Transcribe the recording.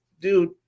dude